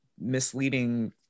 misleading